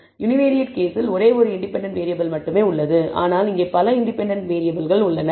univariate கேஸில் ஒரே ஒரு இண்டிபெண்டன்ட் வேறியபிள் மட்டுமே உள்ளது ஆனால் இங்கே பல இண்டிபெண்டன்ட் வேறியபிள்கள் உள்ளன